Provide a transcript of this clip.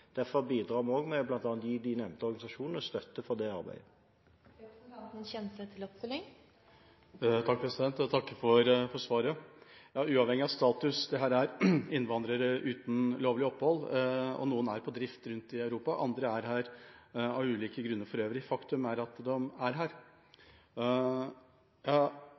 Derfor bidrar vi bl.a. med å gi de nevnte organisasjonene støtte til det arbeidet. Jeg takker for svaret. Uavhengig av status: Dette er innvandrere uten lovlig opphold. Noen er på drift rundt i Europa. Andre er her av ulike grunner for øvrig. Faktum er at de er her.